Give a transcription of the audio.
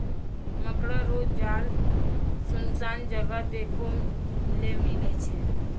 मकड़ा रो जाल सुनसान जगह देखै ले मिलै छै